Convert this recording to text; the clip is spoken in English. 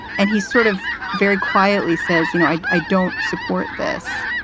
and he's sort of very quietly says, you know, i i don't support this.